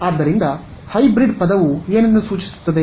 ಆದ್ದರಿಂದ ಹೈಬ್ರಿಡ್ ಪದವು ಏನನ್ನು ಸೂಚಿಸುತ್ತದೆ